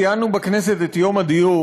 לא היית פה כשקראתי בשם שלך.